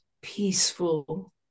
peaceful